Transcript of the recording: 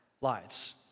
lives